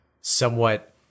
somewhat